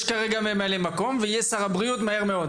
יש כרגע ממלא מקום, ויהיה שר בריאות מהר מאוד.